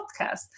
podcast